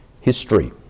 history